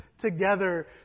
together